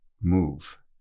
move